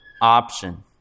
option